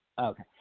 Okay